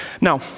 Now